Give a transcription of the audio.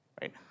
right